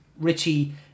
Richie